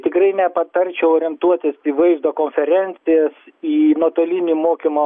tikrai nepatarčiau orientuotis į vaizdo konferencijas į nuotolinį mokymą